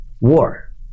war